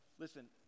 Listen